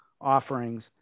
offerings